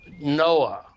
Noah